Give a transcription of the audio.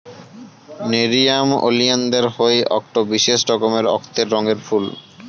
nerium ওলিয়ানদের হই আকটো বিশেষ রকমের অক্তের রঙের ফুল